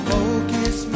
Focus